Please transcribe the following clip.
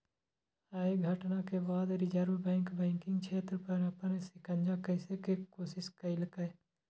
अय घटना के बाद रिजर्व बैंक बैंकिंग क्षेत्र पर अपन शिकंजा कसै के कोशिश केलकै